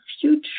future